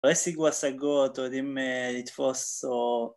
אולי השיגו השגות או יודעים לתפוס או..